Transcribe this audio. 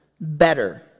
better